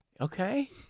Okay